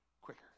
quicker